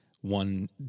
one